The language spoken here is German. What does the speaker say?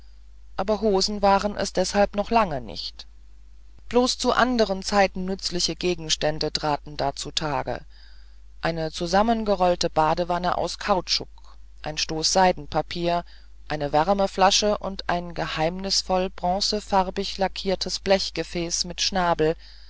aber hosen waren sie deshalb noch lange nicht bloß zu anderen zeiten nützliche gegenstände traten da zutage eine zusammengerollte badewanne aus kautschuk ein stoß seidenpapier eine wärmeflasche und ein geheimnisvoll bronzefarbig lackiertes blechgefäß mit schnabel